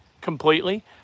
Completely